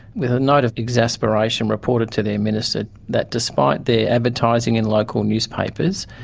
with a note of exasperation, reported to their minister that despite their advertising in local newspapers,